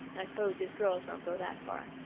i s'pose his girls won't go that far.